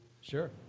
Sure